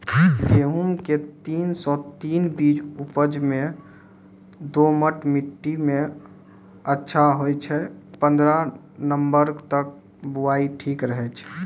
गेहूँम के तीन सौ तीन बीज उपज मे दोमट मिट्टी मे अच्छा होय छै, पन्द्रह नवंबर तक बुआई ठीक रहै छै